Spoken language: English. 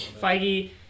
Feige